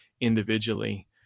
individually